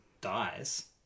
dies